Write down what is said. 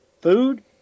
food